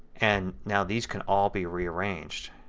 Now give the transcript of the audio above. and now these can all be rearranged.